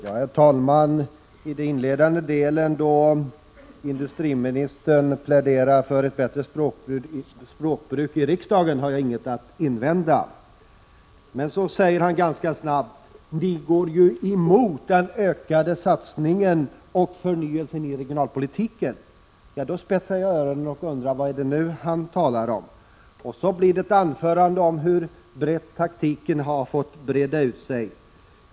Herr talman! I den inledande delen av sitt anförande pläderade industriministern för ett bättre språkbruk i riksdagen, och det har jag ingenting att invända emot. Men ganska snart sade industriministern: Ni går ju emot den ökade satsningen på och förnyelsen av regionalpolitiken. Då spetsade jag öronen och undrade vad det var han talade om. Så blev det ett anförande om hur taktiken har fått breda ut sig.